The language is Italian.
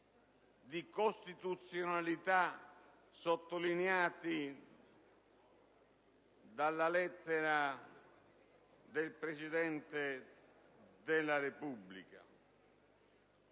di costituzionalità sottolineati nella lettera del Presidente della Repubblica.